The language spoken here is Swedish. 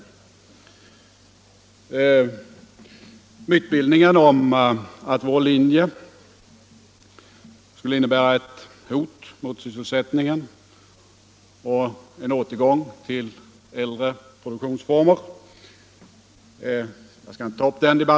Den första myten jag hade tänkt behandla gäller påståendena om att vår linje skulle innebära ett hot mot sysselsättningen och en återgång till äldre produktionsformer.